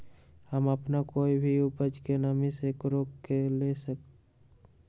हम अपना कोई भी उपज के नमी से रोके के ले का करी?